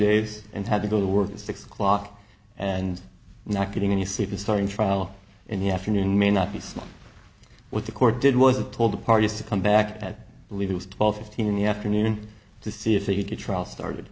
days and had to go to work at six o'clock and not getting any sleep the starting trial in the afternoon may not be small what the court did was told the parties to come back at least twelve fifteen in the afternoon to see if they could get trial started